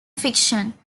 fiction